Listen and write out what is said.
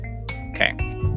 okay